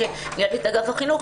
כשניהלתי את אגף החינוך,